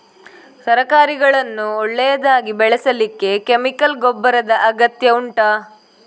ತರಕಾರಿಗಳನ್ನು ಒಳ್ಳೆಯದಾಗಿ ಬೆಳೆಸಲಿಕ್ಕೆ ಕೆಮಿಕಲ್ ಗೊಬ್ಬರದ ಅಗತ್ಯ ಉಂಟಾ